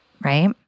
right